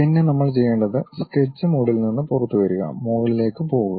പിന്നെ നമ്മൾ ചെയ്യേണ്ടത് സ്കെച്ച് മോഡിൽ നിന്ന് പുറത്തുവരിക മുകളിലേക്ക് പോകുക